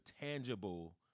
tangible